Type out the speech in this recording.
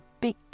big